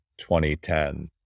2010